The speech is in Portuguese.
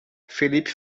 felipe